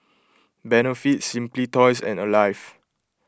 Benefit Simply Toys and Alive